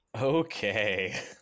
Okay